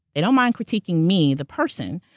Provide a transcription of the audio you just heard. they don't mind critiquing me the person,